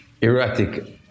erratic